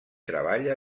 treballa